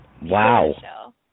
Wow